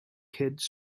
kids